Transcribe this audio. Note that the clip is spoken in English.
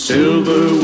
Silver